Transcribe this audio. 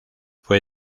fue